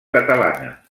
catalana